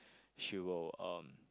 she will um